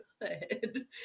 good